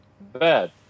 bad